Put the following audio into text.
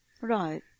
Right